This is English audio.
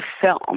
film